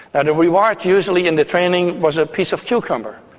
and and reward usually in the training was a piece of cucumber,